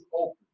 open